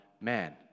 man